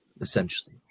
essentially